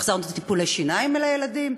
החזרנו את טיפולי השיניים לילדים.